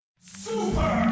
super